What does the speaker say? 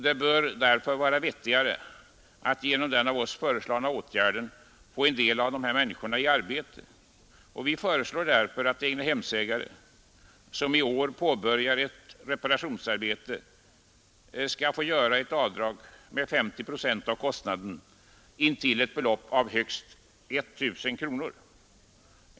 Det bör vara vettigare att genom den av oss föreslagna åtgärden få en del av dessa människor i arbete. Vi föreslår därför att egnahemsägare som i år påbörjar ett reparationsarbete skall få göra avdrag med 50 procent av kostnaden intill ett belopp av 1 000 kronor.